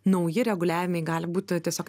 nauji reguliavimai gali būti tiesiog